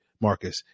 Marcus